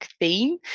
theme